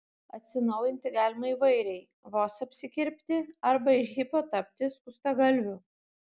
atsinaujinti galima įvairiai vos apsikirpti arba iš hipio tapti skustagalviu